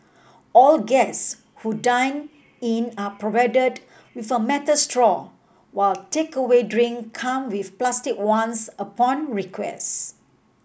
all guests who dine in are provided with a metal straw while takeaway drink come with plastic ones upon